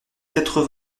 quatre